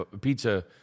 pizza